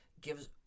gives